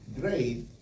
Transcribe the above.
great